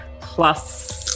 plus